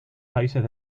países